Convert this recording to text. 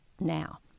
now